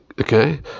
okay